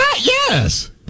Yes